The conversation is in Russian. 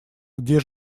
где